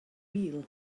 meal